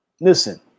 listen